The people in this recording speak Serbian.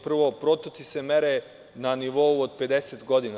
Prvo, protoci se mere na nivou od 50 godina.